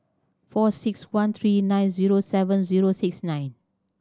four six one three nine zero seven zero six nine